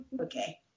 okay